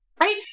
right